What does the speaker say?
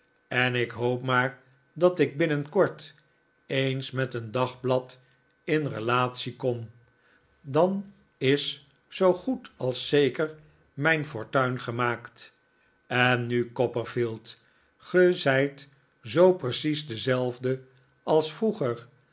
en ik hoop maar dat ik binnenkort eens met een dagblad in relatie kom dan is zoo goed als zeker mijn fortuin gemaakt en nu copperfield ge zijt zoo precies dezelfde als vroeger